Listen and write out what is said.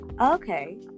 Okay